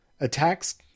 attacks